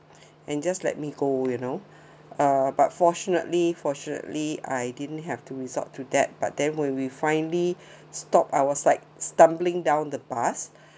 and just let me go you know uh but fortunately fortunately I didn't have to result to that but then when we finally stopped I was like stumbling down the bus